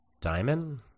Diamond